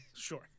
Sure